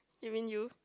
you mean you